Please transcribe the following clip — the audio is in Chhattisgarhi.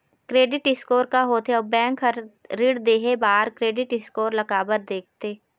क्रेडिट स्कोर का होथे अउ बैंक हर ऋण देहे बार क्रेडिट स्कोर ला काबर देखते?